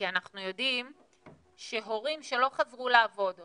כי אנחנו יודעים שהורים שלא חזרו לעבוד או